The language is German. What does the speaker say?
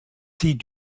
sie